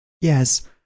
Yes